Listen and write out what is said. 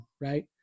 right